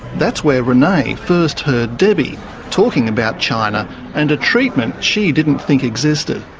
that's where renee first heard debbie talking about china and a treatment she didn't think existed.